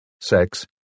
sex